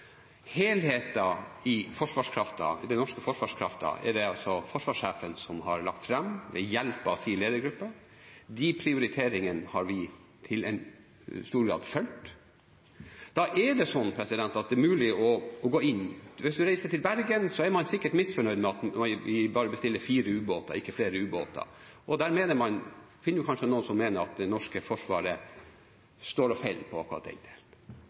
i den norske forsvarskraften er det altså forsvarssjefen som har lagt fram ved hjelp av sin ledergruppe. De prioriteringene har vi i stor grad fulgt. Hvis man reiser til Bergen, er noen sikkert misfornøyd med at vi bare bestiller fire ubåter, ikke flere. Der finner man kanskje noen som mener at det norske forsvaret står og faller på akkurat